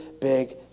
big